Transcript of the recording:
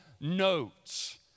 notes